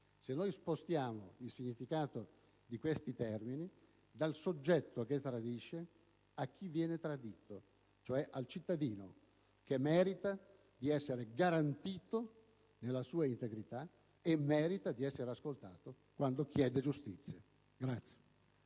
se noi spostiamo il significato di questi termini dal soggetto che tradisce a quello che viene tradito, cioè al cittadino, che merita di essere garantito nella sua integrità e merita di essere ascoltato quando chiede giustizia.